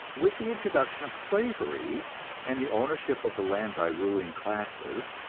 with the introduction of slavery and the ownership of the land by ruling classes,